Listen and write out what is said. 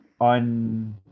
on